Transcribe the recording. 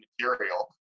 material